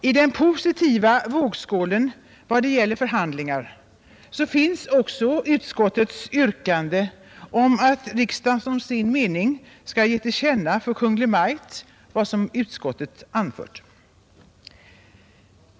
I den positiva vågskålen vad gäller förhandlingar finns dessutom också utskottets yrkande att riksdagen som sin mening skall ge till känna för Kungl. Maj:t vad utskottet anfört.